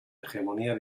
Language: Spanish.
hegemonía